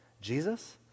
Jesus